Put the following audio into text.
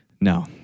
No